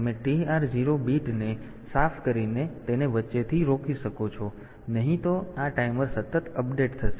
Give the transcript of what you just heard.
તેથી તમે TR0 બીટને સાફ કરીને તેને વચ્ચેથી રોકી શકો છો નહીં તો આ ટાઈમર સતત અપડેટ થશે